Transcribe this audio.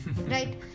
Right